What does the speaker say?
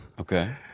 okay